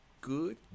good